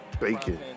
Bacon